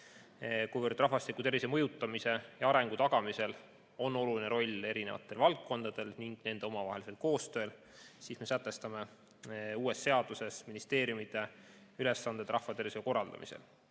Kuivõrd rahvastiku tervise mõjutamisel ja selle arengu tagamisel on oluline roll eri valdkondadel ning nende omavahelisel koostööl, siis me sätestame uues seaduses ministeeriumide ülesanded rahvatervishoiu korraldamisel.